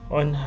on